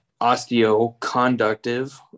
osteoconductive